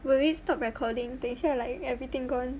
will it stop recording 等一下 like everything gone